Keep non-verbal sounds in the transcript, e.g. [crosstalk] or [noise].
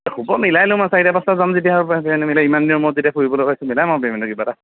হ'ব মিলাই ল'ম আৰু চাৰিটা পাঁচটা যাম যেতিয়া [unintelligible] ইমান দিনৰ মূৰত যেতিয়া ফুৰিবলৈ ওলাইছো মিলাম আৰু পে'মেণ্টটো কিবা এটা